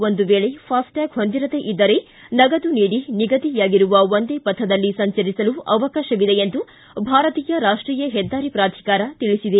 ಒಂದು ವೇಳೆ ಫಾಸ್ಟ್ಟ್ಯಾಗ್ ಹೊಂದಿರದೇ ಇದ್ದರೆ ನಗದು ನೀಡಿ ನಿಗದಿಯಾಗಿರುವ ಒಂದೇ ಪಥದಲ್ಲಿ ಸಂಚರಿಸಲು ಅವಕಾಶವಿದೆ ಎಂದು ಭಾರತೀಯ ರಾಷ್ಟೀಯ ಹೆದ್ದಾರಿ ಪ್ರಾಧಿಕಾರ ತಿಳಿಸಿದೆ